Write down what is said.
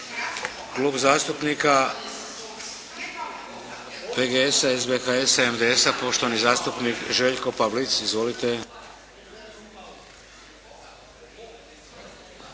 Klub zastupnika PGS-a, SBHS-a i MDS-a poštovani zastupnik Željko Pavlic. Izvolite!